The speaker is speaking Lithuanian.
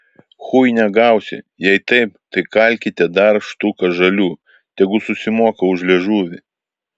chuinia gausi jei taip tai kalkite dar štuką žalių tegu susimoka už liežuvį